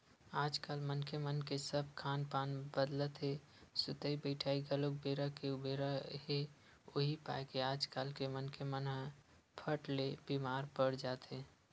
आजकल मनखे मन के सब खान पान बदले हे सुतई बइठई घलोक बेरा के उबेरा हे उहीं पाय के आजकल के मनखे मन ह फट ले बीमार पड़ जाथे